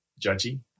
judgy